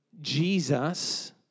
Jesus